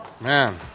Man